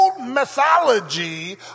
mythology